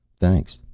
thanks.